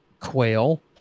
Quail